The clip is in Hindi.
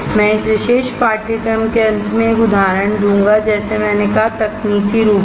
मैं इस विशेष पाठ्यक्रम के अंत में एक उदाहरण दूंगा जैसे मैंने कहा तकनीकी रूप से